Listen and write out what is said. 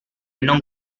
non